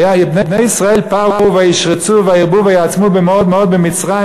והיה: "בני ישראל פרו וישרצו וירבו ויעצמו במאֹד מאֹד במצרים",